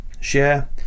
share